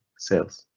sales.